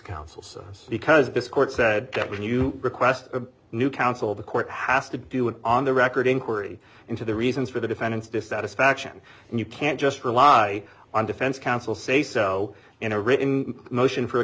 counsels because this court said that when you request a new counsel the court has to do it on the record inquiry into the reasons for the defendant's dissatisfaction and you can't just rely on defense counsel say so in a written motion for a